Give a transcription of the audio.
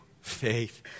faith